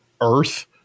earth